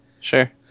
Sure